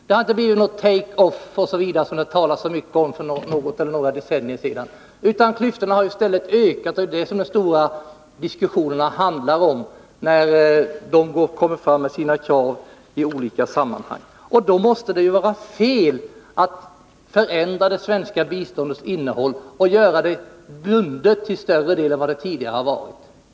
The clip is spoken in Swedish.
Det har inte blivit något ”take off” som det talades så mycket om för något eller några decennier sedan. Att klyftorna i stället har ökat är ju vad de stora diskussionerna handlar om, när u-länderna kommer fram med sina krav i olika sammanhang. Det måste vara fel att förändra det svenska biståndets innehåll och göra det bundet till större del än det tidigare varit.